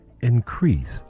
Increase